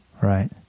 Right